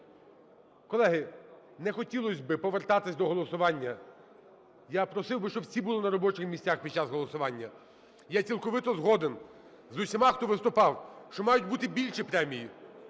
Колеги, не хотілося би повертатись до голосування, я просив би, щоб всі були на робочих місцях під час голосування. Я цілковито згоден з усіма, хто виступав, що мають бути більші премії,